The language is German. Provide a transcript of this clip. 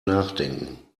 nachdenken